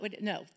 No